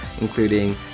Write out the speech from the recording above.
including